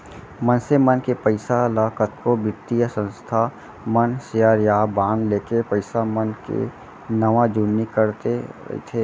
मनसे मन के पइसा ल कतको बित्तीय संस्था मन सेयर या बांड लेके पइसा मन के नवा जुन्नी करते रइथे